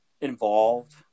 involved